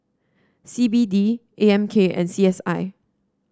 C B D A M K and C S I